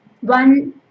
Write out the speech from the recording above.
one